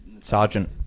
Sergeant